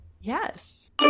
Yes